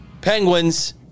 Penguins